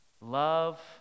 Love